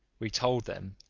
we told them,